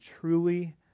truly